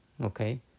Okay